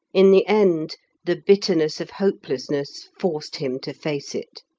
in the end the bitterness of hopelessness forced him to face it.